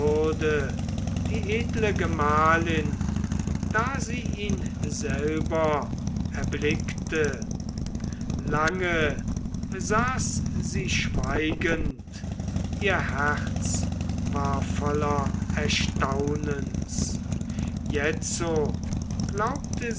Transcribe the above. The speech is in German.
die edle gemahlin da sie ihn selber erblickte lange saß sie schweigend ihr herz war voller erstaunens jetzo glaubte